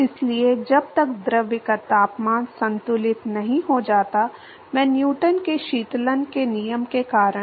इसलिए जब तक द्रव का तापमान संतुलित नहीं हो जाता मैं न्यूटन के शीतलन के नियम के कारण